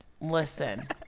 Listen